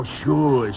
sure